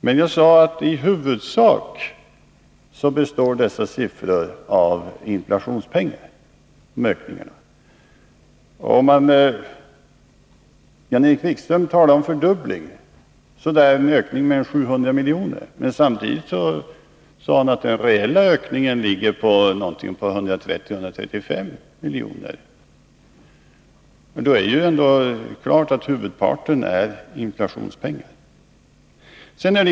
Men jag har sagt att i huvudsak är dessa ökningar inflationspengar. Jan-Erik Wikström talade om en fördubbling av anslagen, en ökning med ca 700 milj.kr. Men samtidigt sade han att den reella ökningen ligger på 130-135 milj.kr. Det visar ju klart att huvudparten av ökningen är inflationspengar.